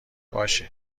باشه